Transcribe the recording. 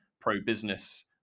pro-business